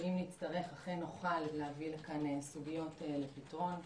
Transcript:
שאם נצטרך אכן נוכל להביא לכאן סוגיות לפתרון,